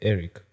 Eric